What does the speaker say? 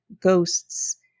ghosts